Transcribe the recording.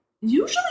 usually